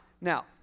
Now